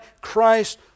Christ